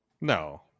no